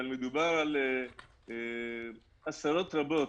מדובר על עשרות רבות,